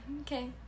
okay